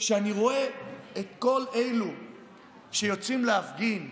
כשאני רואה את כל אלו שיוצאים להפגין,